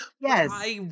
yes